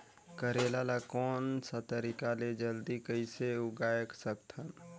करेला ला कोन सा तरीका ले जल्दी कइसे उगाय सकथन?